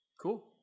Cool